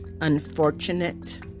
unfortunate